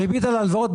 הריבית על ההלוואות,